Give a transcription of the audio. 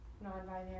non-binary